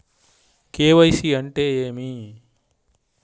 KYC అంటే ఏమి?